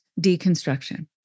deconstruction